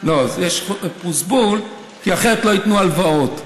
יש "חוק הפרוזבול", כי אחרת לא ייתנו הלוואות.